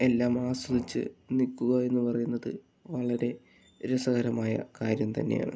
എല്ലാം ആസ്വദിച്ച് നിൽക്കുക എന്ന് പറയുന്നത് വളരെ രസകരമായ കാര്യം തന്നെയാണ്